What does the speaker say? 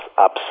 up